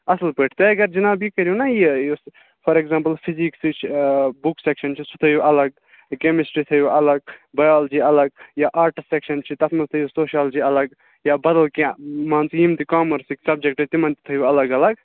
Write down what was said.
اَصٕل پٲٹھۍ تُہۍ اگر جِناب یہِ کٔرِو نا یہِ یُس فار ایٚکزامپٕل فِزِکسٕچ بُک سیٚکشَن چھِ سُہ تھٲیِو الگ کیمشٹری تھٲیِو الگ بیالوجی الگ یا آٹٕس سیٚکشَن چھِ تَتھ منٛز تھٲیِوسوشالجی الگ یا بدل کیٚنٛہہ مان ژٕ یِم تہِ کامٲرسٕکۍ سَبجَکٹ تِمَن تہِ تھٲیِو الگ الگ